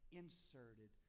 inserted